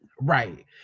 Right